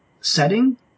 setting